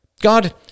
God